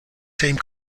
same